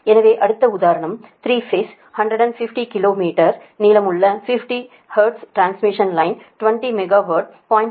எனவே அடுத்த உதாரணம் 3 பேஸ் 150 கிலோ மீட்டர் நீளமுள்ள 50 ஹெர்ட்ஸ் டிரான்ஸ்மிஷன் லைன் 20 மெகாவாட் 0